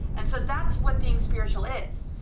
and so that's what being spiritual is,